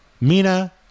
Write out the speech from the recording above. Mina